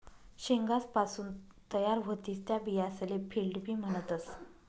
शेंगासपासून तयार व्हतीस त्या बियासले फील्ड बी म्हणतस